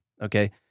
Okay